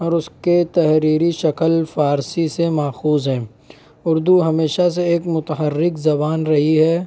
اور اس کے تحریری شکل فارسی سے ماخوذ ہے اردو ہمیشہ سے ایک متحرک زبان رہی ہے